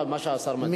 מה שהשר מציע,